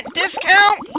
discount